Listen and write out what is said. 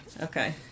Okay